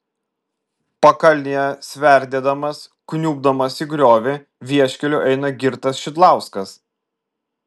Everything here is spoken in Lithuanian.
pakalnėje sverdėdamas kniubdamas į griovį vieškeliu eina girtas šidlauskas